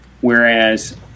Whereas